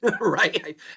right